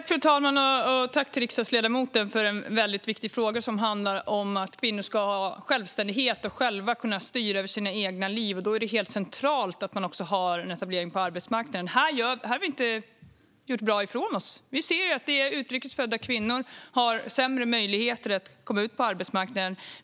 Fru talman! Tack till riksdagsledamoten för en viktig fråga som handlar om att kvinnor ska ha självständighet och själva kunna styra över sina egna liv! Då är det helt centralt att man har en etablering på arbetsmarknaden. Här har vi inte gjort bra ifrån oss. Vi ser att utrikes födda kvinnor har sämre möjligheter att komma ut på arbetsmarknaden.